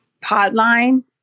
Podline